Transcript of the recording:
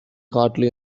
hardly